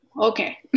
Okay